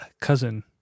cousin